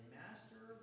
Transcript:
master